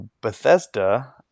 Bethesda